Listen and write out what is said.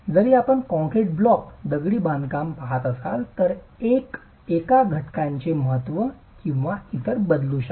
जरी आपण concrete block दगडी बांधकाम पहात असाल तर एका घटकाचे महत्त्व किंवा इतर बदलू शकते